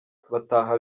bataha